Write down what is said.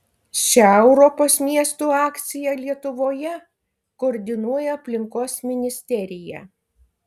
šią europos miestų akciją lietuvoje koordinuoja aplinkos ministerija